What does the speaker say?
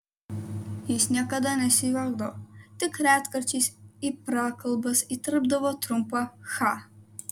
jis niekada nesijuokdavo tik retkarčiais į prakalbas įterpdavo trumpą cha